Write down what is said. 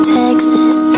texas